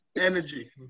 Energy